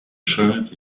shirt